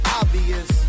obvious